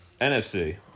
NFC